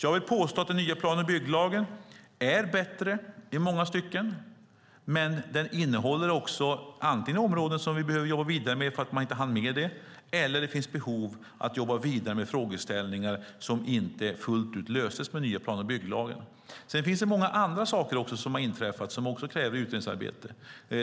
Jag vill påstå att den nya plan och bygglagen är bättre i många stycken, men den innehåller också områden som vi behöver jobba vidare med för att de inte hanns med eller för att det finns frågeställningar som inte fullt ut löstes med den nya lagen. Det har också hänt många andra saker som kräver utredningsarbete.